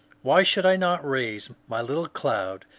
why should i not raise my little cloud,